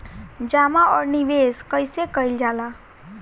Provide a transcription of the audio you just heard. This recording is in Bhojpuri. जमा और निवेश कइसे कइल जाला?